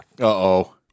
Uh-oh